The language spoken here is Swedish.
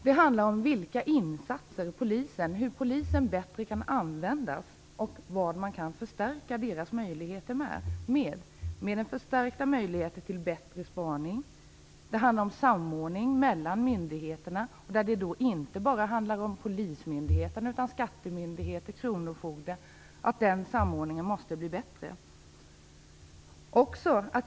Det handlar om vilka insatser polisen kan göra och om hur polisen bättre kan användas. Det handlar också om hur man kan förstärka polisens möjligheter till bättre spaning och om att samordningen mellan myndigheterna - inte bara polismyndigheterna, utan också skattemyndigheter och kronofogde - måste bli bättre.